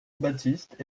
baptiste